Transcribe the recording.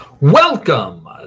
Welcome